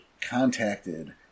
contacted